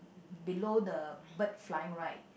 below the bird flying right